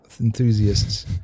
enthusiasts